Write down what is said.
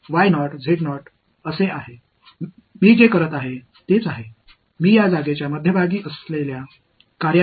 இடத்தின் மையம் வெறுமனே மைனஸ் இந்த பக்கத்தின் பங்களிப்பாக ஆக இருக்கப் போகிறது